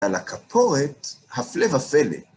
על הכפורת, הפלא ופלא.